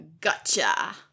gotcha